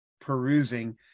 perusing